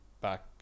back